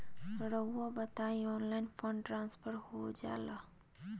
रहुआ बताइए online fund transfer हो जाला?